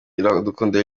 iradukunda